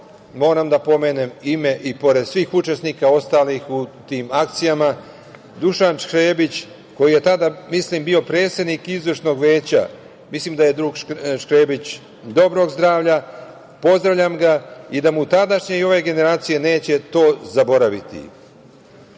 moram da pomenem ime, i pored svih učesnika ostalih u tim akcijama, Dušan Škrebić, koji je tada, mislim, bio predsednik Izvršnog veća. Mislim da je drug Škrebić dobrog zdravlja. Pozdravljam ga. Tadašnje i ove generacije mu neće to zaboraviti. Sada